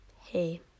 hey